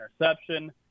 interception